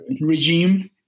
regime